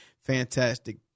fantastic